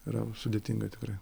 yra sudėtinga tikrai